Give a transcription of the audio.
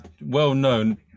well-known